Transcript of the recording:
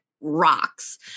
rocks